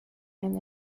and